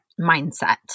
mindset